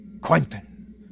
Quentin